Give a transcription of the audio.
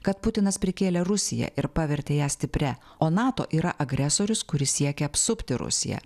kad putinas prikėlė rusiją ir pavertė ją stipria o nato yra agresorius kuris siekia apsupti rusiją